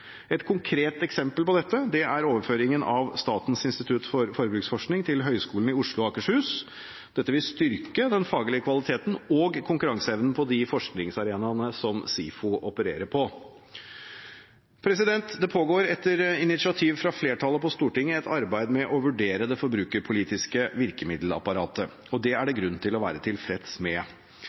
Et konkret eksempel på dette er overføringen av Statens institutt for forbruksforskning til Høgskolen i Oslo og Akershus. Dette vil styrke den faglige kvaliteten og konkurranseevnen på de forskningsarenaene som SIFO opererer på. Det pågår etter initiativ fra flertallet på Stortinget et arbeid med å vurdere det forbrukerpolitiske virkemiddelapparatet. Det er det grunn til å være tilfreds med.